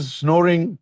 snoring